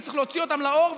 וצריך להוציא אותם לאור,